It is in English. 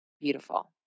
beautiful